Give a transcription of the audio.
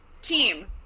team